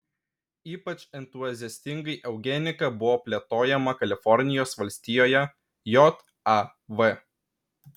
ypač entuziastingai eugenika buvo plėtojama kalifornijos valstijoje jav